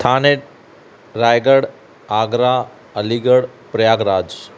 Thane Raigarh Agra Aligarh Prayagraj